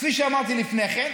כפי שאמרתי לפני כן,